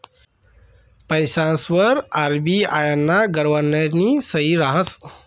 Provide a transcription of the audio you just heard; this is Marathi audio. पैसासवर आर.बी.आय ना गव्हर्नरनी सही रहास